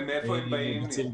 מאיפה הם באים?